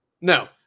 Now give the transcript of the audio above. No